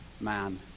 man